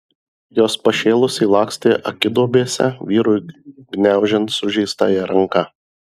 jos pašėlusiai lakstė akiduobėse vyrui gniaužiant sužeistąją ranką